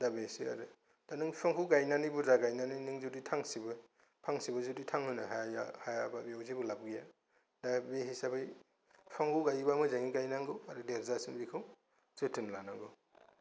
दा बेसो आरो बा नों बिफांखौ गायनानै बुरजा गायनानै नों जुदि फांसेबो नों थांहोनो हायाबा जेबो लाब गैया दा बे हिसाबै बिफांखौ गायोबा मोजाङै गायनांगौ देरजासे बेखौ जोथोन लानांगौ